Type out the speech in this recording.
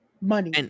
money